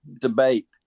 debate